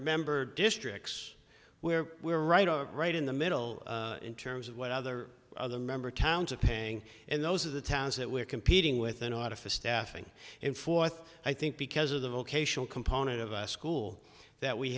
member districts where we're right are right in the middle in terms of what other other member towns of paying and those are the towns that we're competing with an artifice staffing in fourth i think because of the vocational component of a school that we